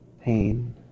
pain